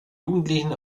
jugendlichen